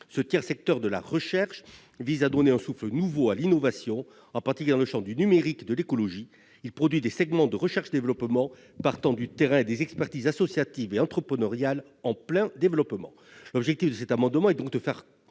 peut qualifier d'orphelins. Il tend à donner un souffle nouveau à l'innovation, notamment dans le champ du numérique et de l'écologie. Il produit des segments de recherche et développement partant du terrain et des expertises associatives et entrepreneuriales en plein développement. L'objet du présent amendement est de faire